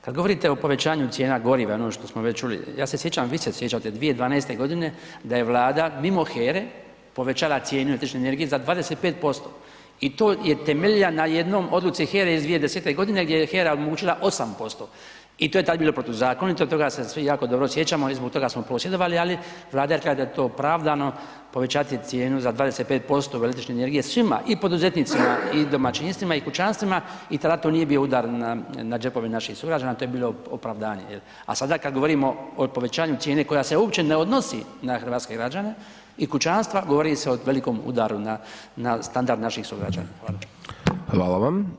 Kad govorite o povećanju cijena goriva i onog što smo već čuli, ja se sjećam, vi se sjećate, 2012. g. da je Vlada mimo HERA-e povećala cijene električne energije za 25% i to je temeljila na jednoj odluci HERA-e iz 2010. g. gdje je HERA odlučila 8% i to je tada bilo protuzakonito, toga se svi jako dobro sjećamo i zbog toga smo prosvjedovali ali Vlada je rekla da je to opravdano povećati cijenu za 25% električne energije svima, i poduzetnicima i domaćinstvima i kućanstvima i tad to nije bio udar na džepove naših sugrađana, to je bilo opravdano a sada kad govorimo o povećanju cijene koja se uopće ne odnosi na hrvatske građane i kućanstva, govori se o velikom udaru na standard naših sugrađana.